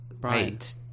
Right